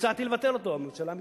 הצעתי לבטל אותו, הממשלה מתנגדת,